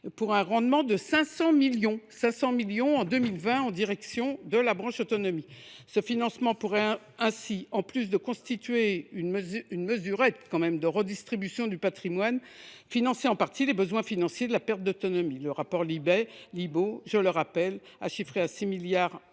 pour un rendement de 500 millions d’euros au bénéfice de la branche autonomie. Ce financement pourrait ainsi, en plus de constituer une mesurette de redistribution du patrimoine, financer en partie les besoins de cette branche, que le rapport Libault, je le rappelle, a chiffrés à 6 milliards d’euros